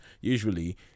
Usually